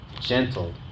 gentle